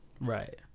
Right